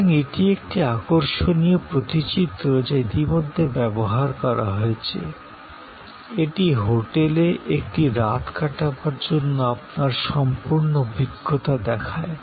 সুতরাং এটি একটি আকর্ষণীয় প্রতিচিত্র যা ইতিমধ্যে ব্যবহার করা হয়েছে এটি হোটেলে একটি রাত কাটাবার জন্য আপনার সম্পূর্ণ অভিজ্ঞতা দেখায়